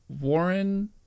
Warren